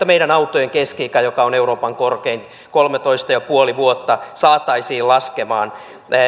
meidän autojen keski ikä joka on euroopan korkein kolmetoista pilkku viisi vuotta saataisiin laskemaan